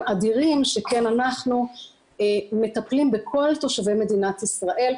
אדירים שכן אנחנו מטפלים בכל תושבי מדינת ישראל,